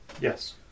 Yes